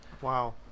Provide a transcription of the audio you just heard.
Wow